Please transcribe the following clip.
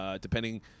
depending –